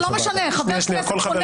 מענה.